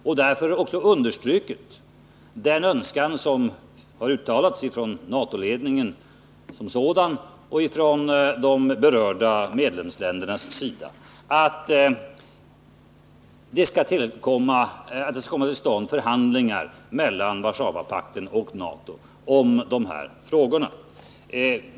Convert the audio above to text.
Vi har också understrukit den önskan som uttalats från NATO-ledningen och från de berörda medlemsländerna, nämligen att det skall komma till stånd förhandlingar mellan Warszawapakten och NATO om medeldistansvapen.